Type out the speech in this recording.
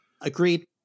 Agreed